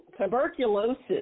tuberculosis